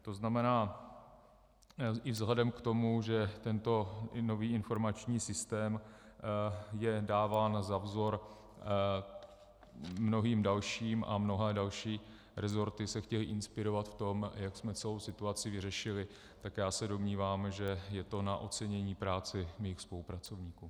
To znamená, i vzhledem k tomu, že tento nový informační systém je dáván za vzor mnohým dalším a mnohé další resorty se chtějí inspirovat v tom, jak jsme celou situaci vyřešili, tak se domnívám, že je to na ocenění práce mých spolupracovníků.